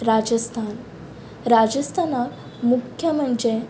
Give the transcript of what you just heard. राजस्थान राजस्थानाक मुख्य म्हणजे